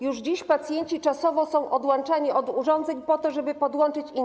Już dziś pacjenci czasowo są odłączani od urządzeń po to, żeby podłączyć innych.